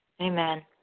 Amen